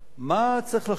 מה צריך לחשוב